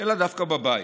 אלא דווקא בבית?